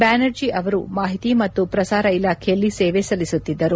ಬ್ಲಾನರ್ಜಿ ಅವರು ಮಾಹಿತಿ ಮತ್ತು ಪ್ರಸಾರ ಇಲಾಖೆಯಲ್ಲಿ ಸೇವೆ ಸಲ್ಲಿಸುತ್ತಿದ್ದರು